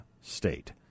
state